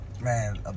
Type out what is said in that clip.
man